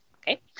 Okay